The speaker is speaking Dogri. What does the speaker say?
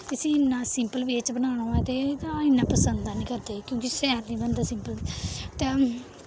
इसी इ'न्ना सिंपल वे च बनाना होऐ ते तां इ'न्ना पसंद ऐनी करदे क्योंकि शैल निं बनदे सिंपल ते